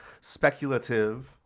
speculative